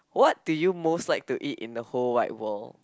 what do you most like to eat in the whole wide world